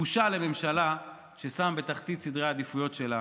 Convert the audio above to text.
בושה לממשלה ששמה בתחתית סדרי העדיפויות שלה